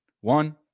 One